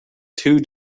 two